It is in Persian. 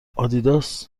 آدیداس